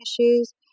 issues